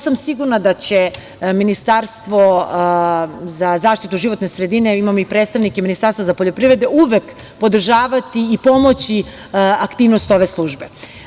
Sigurna sam da će Ministarstvo za zaštitu životne sredine, a imamo i predstavnike Ministarstva za poljoprivredu, uvek podržavati i pomoći aktivnost ove službe.